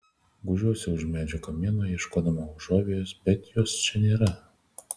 gūžiuosi už medžio kamieno ieškodama užuovėjos bet jos čia nėra